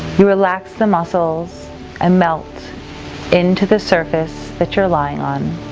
relax the muscles and melt into the surface that you're lying on.